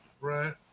Right